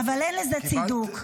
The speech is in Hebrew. אבל אין לזה צידוק.